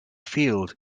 field